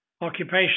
occupation